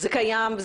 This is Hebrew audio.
זה קיים,